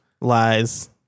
lies